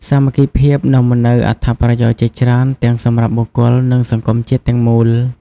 សាមគ្គីភាពនាំមកនូវអត្ថប្រយោជន៍ជាច្រើនទាំងសម្រាប់បុគ្គល និងសង្គមជាតិទាំងមូល។